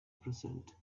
present